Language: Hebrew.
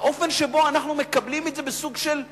האופן שבו אנחנו מקבלים את זה, בסוג של קלות,